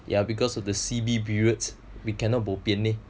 ya because of the C_B period we cannot bopian leh